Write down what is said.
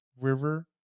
river